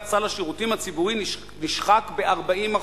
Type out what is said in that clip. סל השירותים הציבוריים נשחק ב-40%.